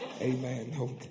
Amen